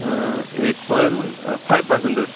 eight point five percentage